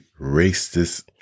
racist